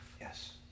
Yes